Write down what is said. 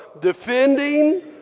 Defending